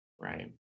Right